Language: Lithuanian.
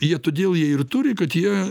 jie todėl jie ir turi kad jie